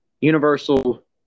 Universal